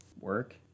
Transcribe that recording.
work